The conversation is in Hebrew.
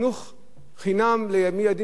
חינם לילדים מגיל שלוש זה טוב.